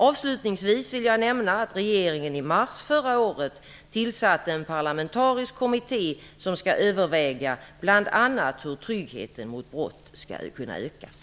Avslutningsvis vill jag nämna att regeringen i mars förra året tillsatte en parlamentarisk kommitté som skall överväga bl.a. hur tryggheten mot brott skall kunna ökas.